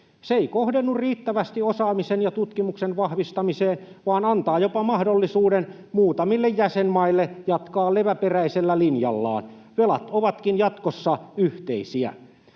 Se ei kohdennu riittävästi osaamisen ja tutkimuksen vahvistamiseen vaan antaa jopa mahdollisuuden muutamille jäsenmaille jatkaa leväperäisellä linjallaan. Velat ovatkin jatkossa yhteisiä.